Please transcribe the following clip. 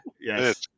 yes